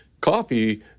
coffee